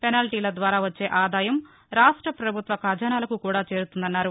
పెనాల్లీల ద్వారా వచ్చే ఆదాయం రాష్టపభుత్వ ఖజానాలకు కూడా చేరుతుందన్నారు